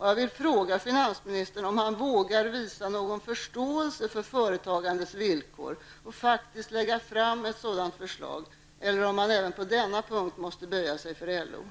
Jag vill fråga finansministern om han vågar visa någon förståelse för företagandets villkor och lägga fram ett sådant förslag eller om han även på denna punkt måste böja sig för LO.